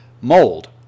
mold